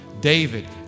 David